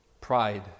pride